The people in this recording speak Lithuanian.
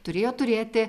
turėjo turėti